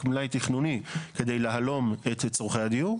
מלאי תכנוני כדי להלום את צורכי הדיור.